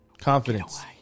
Confidence